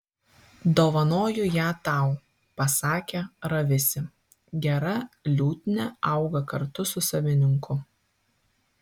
dovanoju ją tau pasakė ravisi gera liutnia auga kartu su savininku